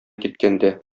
киткәндә